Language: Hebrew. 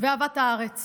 ואהבת הארץ